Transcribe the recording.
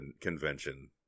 convention